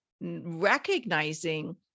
recognizing